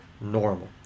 normal